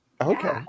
Okay